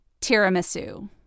Tiramisu